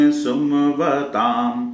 sumvatam